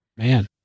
man